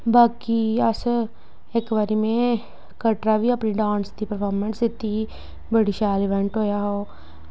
बाकी अस इक बारी में कटरा बी अपने डांस दी परफार्मेंस दित्ती ही बड़ी शैल इवेंट होएआ हा ओह्